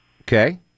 Okay